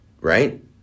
Right